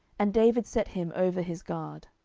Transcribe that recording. and david set him over his guard.